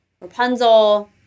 Rapunzel